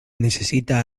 necessita